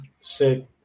Sick